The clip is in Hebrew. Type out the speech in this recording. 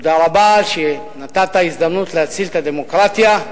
תודה רבה שנתת הזדמנות להציל את הדמוקרטיה,